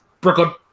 Brooklyn